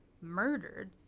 murdered